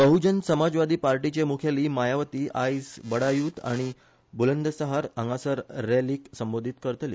बहजन समाजवादी पार्टीचे मुखेली मायावती आयज बडायुत आनी बुलंदसहार हांगासर रॅलीक संबोधीत करतली